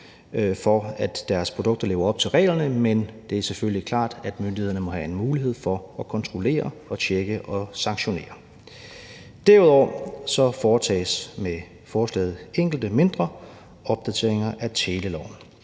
for, at deres produkter lever op til reglerne, men det er selvfølgelig klart, at myndighederne må have en mulighed for at kontrollere og tjekke og sanktionere. Derudover foretages med forslaget enkelte mindre opdateringer af teleloven.